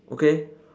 okay